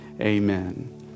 Amen